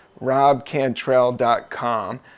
robcantrell.com